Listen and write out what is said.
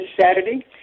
Saturday